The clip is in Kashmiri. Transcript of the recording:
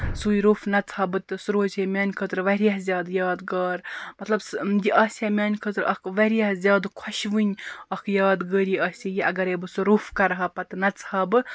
سُے روٚف نَژٕہا بہٕ تہٕ سُہ روزِ ہے میٛانہِ خٲطرٕ واریاہ زیادٕ یاد گار مطلب سُہ یہِ آسہِ ہے میٛانہِ خٲطرٕ اکھ واریاہ زیادٕ خۄشیِوٕنۍ اکھ یاد گٲری آسہِ یہِ اَگرے بہٕ سُہ روٚف کرٕہا پَتہٕ نَژٕہا بہٕ